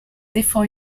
défend